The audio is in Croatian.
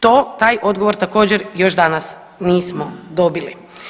To, taj odgovor također još danas nismo dobili.